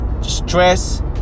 Stress